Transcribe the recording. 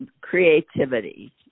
creativity